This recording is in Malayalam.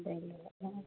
അതെ അല്ലേ